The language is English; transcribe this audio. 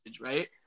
right